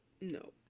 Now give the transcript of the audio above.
No